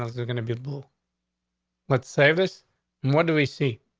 ah is there gonna be a bull? what's avis and what do we see?